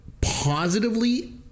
positively